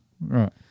Right